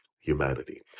humanity